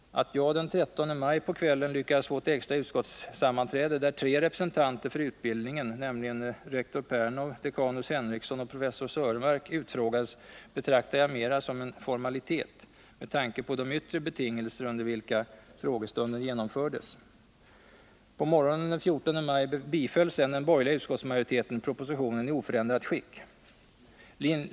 Att jag den 13 maj på kvällen lyckades få ett extra utskottssammanträde, där tre representanter för utbildningen, nämligen rektor Pernow, dekanus Henriksson och professor Söremark utfrågades, betraktar jag mera som en formalitet med tanke på de yttre betingelser under vilka frågestunden genomfördes. På morgonen den 14 maj tillstyrkte sedan den borgerliga utskottsmajoriteten propositionen i oförändrat skick.